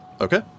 Okay